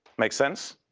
make sense?